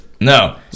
No